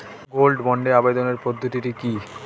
Gold বন্ডে আবেদনের পদ্ধতিটি কি?